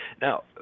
Now